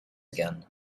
again